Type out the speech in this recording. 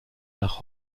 nach